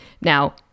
Now